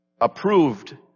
approved